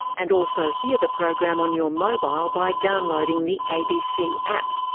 and also hear the program on your mobile by downloading the abc app.